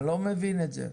אני לא מבין את זה.